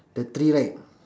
the tree right